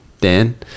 Dan